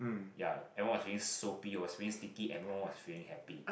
ya everyone was feeling soapy was feeling sticky everyone was feeling happy